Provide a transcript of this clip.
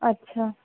अछा